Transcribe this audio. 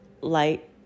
light